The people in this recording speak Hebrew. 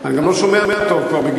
אני גם לא שומע כבר, בגילי.